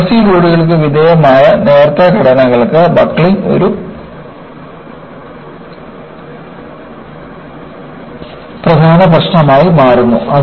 compressive ലോഡുകൾക്ക് വിധേയമായ നേർത്ത ഘടനകൾക്ക് ബക്ക്ലിംഗ് ഒരു പ്രധാന പ്രശ്നമായി മാറുന്നു